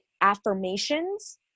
affirmations